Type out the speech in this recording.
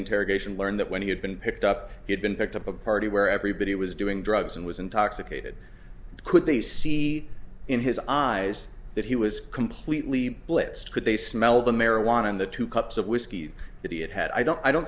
interrogation learned that when he had been picked up he had been picked up a party where everybody was doing drugs and was intoxicated could they see in his eyes that he was completely blitzed could they smell the marijuana in the two cups of whiskey that he had had i don't i don't